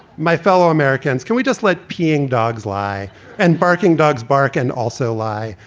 my fellow americans, can we just let peeing dogs lie and barking dogs bark and also lie?